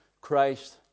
Christ